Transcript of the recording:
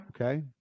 Okay